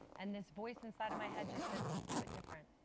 and this voice inside of my head just said, do it different,